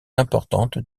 importantes